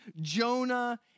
Jonah